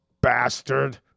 Bastard